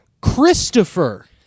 Christopher